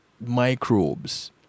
microbes